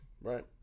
right